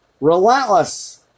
relentless